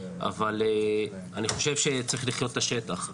אבל אני חושב שצריך לחיות את השטח,